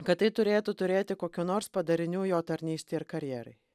kad tai turėtų turėti kokių nors padarinių jo tarnystei ir karjerai